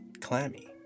clammy